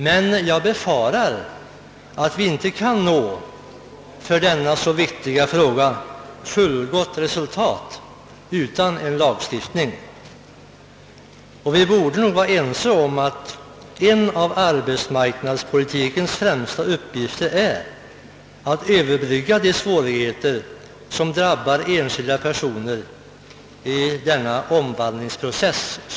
Men jag befarar att vi i denna viktiga fråga inte kan nå ett fullgott resultat utan en lagstiftning. Vi borde nog vara överens om att en av arbetsmarknadspolitikens viktigaste uppgifter är att överbrygga de svårigheter som drabbar enskilda i denna omvandlingsprocess.